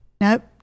Nope